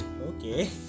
okay